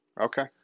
Okay